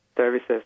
Services